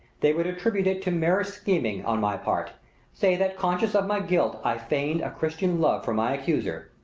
they would attribute it to merest scheming on my part say that conscious of my guilt i feigned a christian love for my accuser,